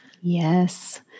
Yes